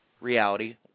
Reality